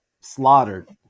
slaughtered